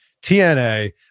TNA